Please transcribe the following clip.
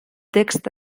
text